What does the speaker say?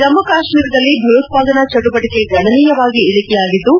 ಜಮ್ಮು ಕಾಶ್ಮೀರದಲ್ಲಿ ಭಯೋತ್ವಾದನಾ ಚಟುವಟಿಕೆ ಗಣನೀಯವಾಗಿ ಇಳಿಕೆಯಾಗಿದ್ದು